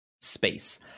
space